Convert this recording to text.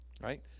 right